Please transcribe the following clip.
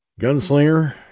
Gunslinger